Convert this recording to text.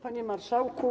Panie Marszałku!